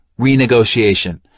renegotiation